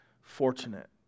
fortunate